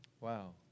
Wow